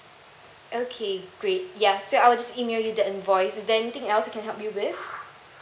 okay great ya so I will just email you the invoice is there anything else I can help you with